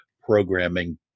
programming